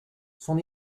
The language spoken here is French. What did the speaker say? son